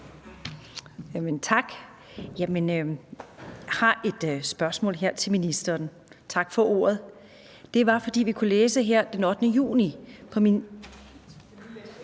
Tak. Jeg har et spørgsmål til ministeren. Tak for ordet. Vi kunne her den 8. juni